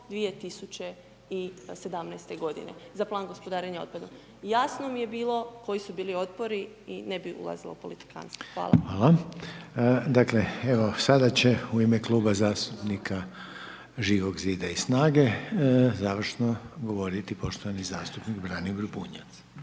5.1.2017. godine za Plan gospodarenja otpadom. Jasno mi je bilo koji su bili otpori i ne bih ulazila u politikanstvo. Hvala. **Reiner, Željko (HDZ)** Dakle, evo, sada će u ime kluba zastupnika Živog zida i Snage završno govoriti poštovani zastupnik Branimir Bunjac.